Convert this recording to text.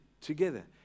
together